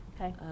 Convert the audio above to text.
Okay